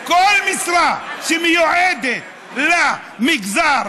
כל משרה שמיועדת למגזר,